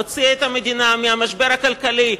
הוציאה את המדינה מהמשבר הכלכלי.